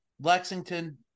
Lexington